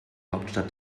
hauptstadt